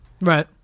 Right